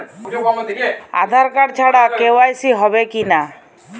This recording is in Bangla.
আধার কার্ড ছাড়া কে.ওয়াই.সি হবে কিনা?